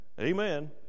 amen